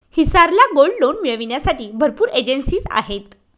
हिसार ला gold loan मिळविण्यासाठी भरपूर एजेंसीज आहेत